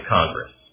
Congress